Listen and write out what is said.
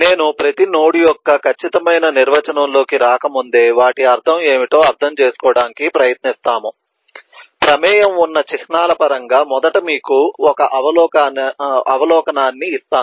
నేను ప్రతి నోడ్ యొక్క ఖచ్చితమైన నిర్వచనంలోకి రాకముందే వాటి అర్థం ఏమిటో అర్థం చేసుకోవడానికి ప్రయత్నిస్తాము ప్రమేయం ఉన్న చిహ్నాల పరంగా మొదట మీకు ఒక అవలోకనాన్ని ఇస్తాను